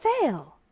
Fail